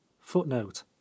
Footnote